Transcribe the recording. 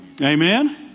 Amen